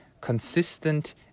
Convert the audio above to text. consistent